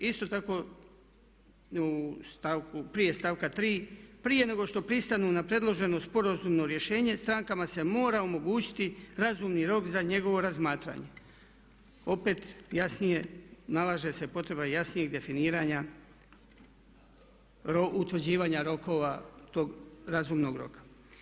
Isto tako prije stavka 3. prije nego što pristanu na predloženo sporazumno rješenje strankama se mora omogućiti razumni rok za njegovo razmatranje, opet jasnije, nalaže se potreba jasnijeg definiranja, utvrđivanja rokova razumnog roka.